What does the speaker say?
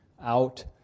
out